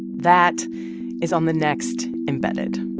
that is on the next embedded